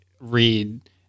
read